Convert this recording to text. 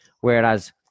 Whereas